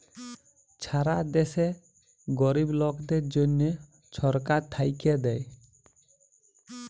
ছারা দ্যাশে গরিব লকদের জ্যনহ ছরকার থ্যাইকে দ্যায়